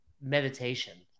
meditation